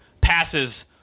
passes